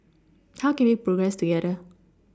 how can we progress together